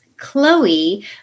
Chloe